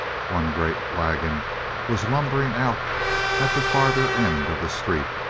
one great wagon was lumbering out at the farther end of the street,